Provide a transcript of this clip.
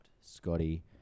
Scotty